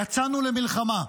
יצאנו למלחמה.